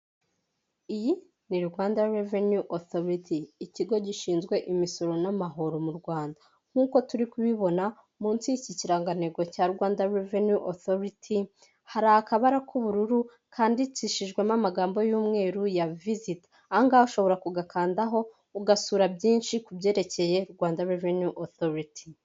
Iyi ni Rwanda reveni otoriti ikigo gishinzwe imisoro n'amahoro mu Rwanda, nk'uko turi kubibona munsi y'iki kirangantego cya Rwanda reveni otoriti, hari akabara k'ubururu kandikishijwemo amagambo y'umweru ya viziti, aha ngaha ushobora kugakandaho ugasura byinshi kubyerekeye Rwanda reveni otoriti.